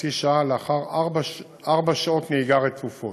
חצי שעה לאחר ארבע שעות נהיגה רצופות.